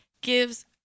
gives